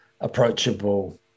approachable